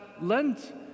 lent